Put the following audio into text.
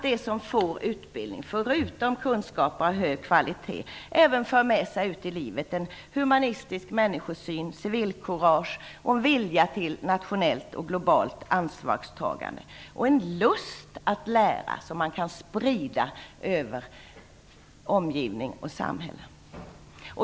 Förutom kunskaper av hög kvalitet skall de som genomgår utbildning även föra med sig ut i livet en humanistisk människosyn, civilkurage och en vilja till nationellt och globalt ansvarstagande samt dessutom en lust att lära, som man kan sprida ut i omgivningen och i samhället.